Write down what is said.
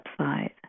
website